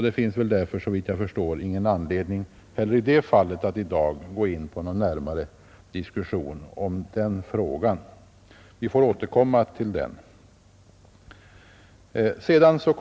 Det finns därför, såvitt jag förstår, ingen anledning heller i det fallet att i dag gå in på någon närmare diskussion. Vi får återkomma till den.